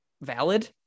valid